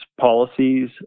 policies